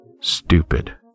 stupid